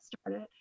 started